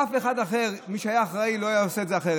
אף אחד אחר ממי שהיה אחראי לא היה עושה את זה אחרת.